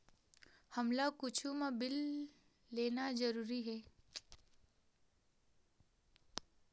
हमला कुछु मा बिल लेना जरूरी हे?